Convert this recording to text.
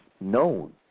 known